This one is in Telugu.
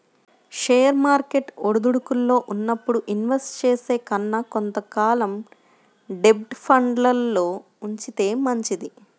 షేర్ మార్కెట్ ఒడిదుడుకుల్లో ఉన్నప్పుడు ఇన్వెస్ట్ చేసే కన్నా కొంత కాలం డెబ్ట్ ఫండ్లల్లో ఉంచితే మంచిది